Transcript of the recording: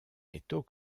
métaux